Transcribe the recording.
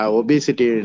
obesity